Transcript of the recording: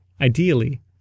Ideally